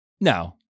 no